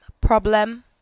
problem